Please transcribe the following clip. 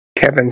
Kevin